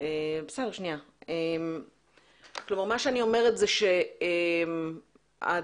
השאלה אם הם יוכלו להביא בספטמבר.